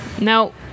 No